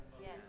Yes